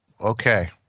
Okay